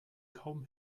kaum